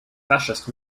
fascist